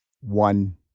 one